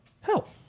help